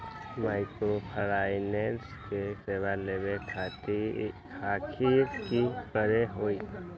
Microfinance के सेवा लेबे खातीर की करे के होई?